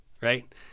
Right